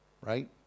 right